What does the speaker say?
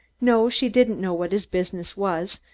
no, she didn't know what his business was,